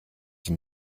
die